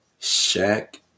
Shaq